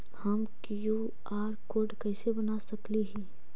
हम QR code कैसे बना सकली ही?